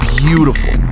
beautiful